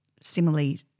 similarly